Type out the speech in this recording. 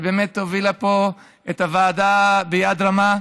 שהובילה פה את הוועדה ביד רמה.